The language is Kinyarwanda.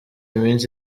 iminsi